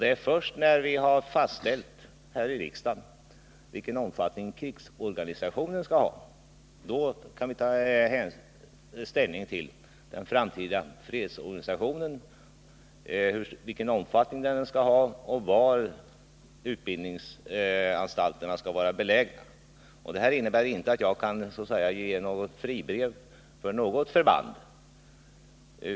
Det är först när vi här i riksdagen har fastställt vilken omfattning krigsorganisationen skall ha som vi kan ta ställning till den framtida fredsorganisationen — vilken omfattning den skall ha och var utbildningsanstalterna skall vara belägna. Detta innebär inte att jag kan ge ”fribrev” för något förband.